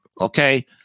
okay